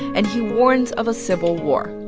and he warns of a civil war.